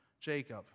Jacob